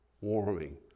warming